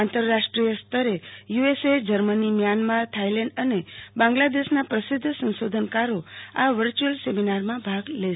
આંતરરાષ્ટ્રીય સ્તરે USA Germany Myanmar Thailand અનેબાંગ્લાદેશના સુપ્રસિદ્ધ સંશોધનકારો વર્ચ્યુઅલ રીતે આ સેમિનારમાં ભાગ લેશે